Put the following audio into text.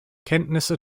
kenntnisse